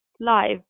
live